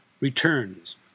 returns